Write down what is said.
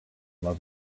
love